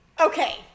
okay